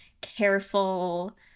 careful